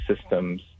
systems